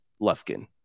Lufkin